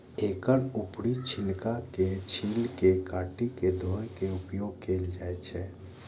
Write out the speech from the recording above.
एकर ऊपरी छिलका के छील के काटि के धोय के उपयोग कैल जाए छै